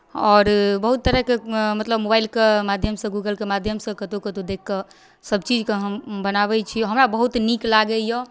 आओर बहुत तरहके मतलब मोबाइलके माध्यमसँ गूगलके माध्यमसँ कतहु कतहु देखि कऽ सभचीजकेँ हम बनाबै छी हमरा बहुत नीक लागैए